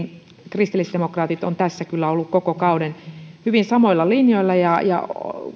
kristillisdemokraatit ovat tässä kyllä olleet koko kauden hyvin samoilla linjoilla ja ja